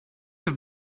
have